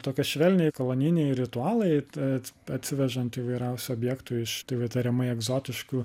tokie švelniai kolonijiniai ritualai ta atsivežant įvairiausių objektų iš tai tariamai egzotiškų